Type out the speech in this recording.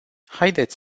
haideți